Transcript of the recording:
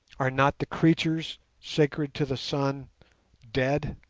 are not the creatures sacred to the sun dead?